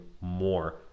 more